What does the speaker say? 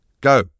Go